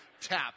tap